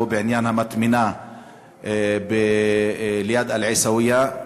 עניין המטמנה ליד עיסאוויה.